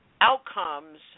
outcomes